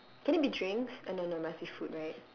can it be drinks uh no no must be food right